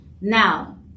Now